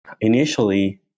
Initially